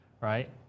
right